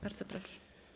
Bardzo proszę.